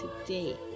today